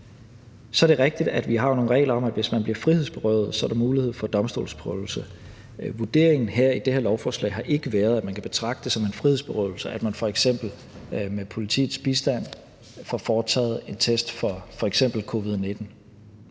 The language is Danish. Så er det rigtigt, at vi har nogle regler om, at hvis man bliver frihedsberøvet, er der mulighed for domstolsprøvelse, men vurderingen i forbindelse med det her lovforslag har ikke været, at man kan betragte det som en frihedsberøvelse, at man f.eks. med politiets bistand får foretaget en test for covid-19,